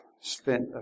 spent